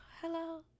Hello